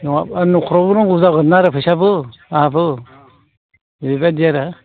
नङाबा न'खरावबो नांगौ जागोनना फैसाबो आंहाबो बेबायदि आरो